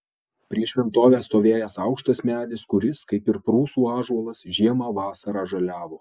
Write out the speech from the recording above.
prieš šventovę stovėjęs aukštas medis kuris kaip ir prūsų ąžuolas žiemą vasarą žaliavo